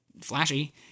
flashy